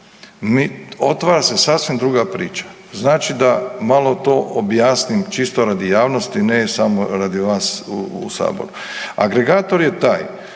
otvara se sasvim druga priča. Znači da malo to objasnim čisto radi javnost, ne samo radi vas u Saboru. Agregator je taj